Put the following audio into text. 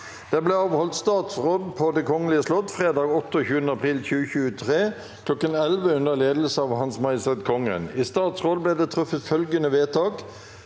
«Det ble avholdt statsråd på Det kongelige slott fredag 28. april 2023 kl. 11 under ledelse av Hans Majestet Kongen. I statsrådet ble det truffet følgende vedtak: